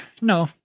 no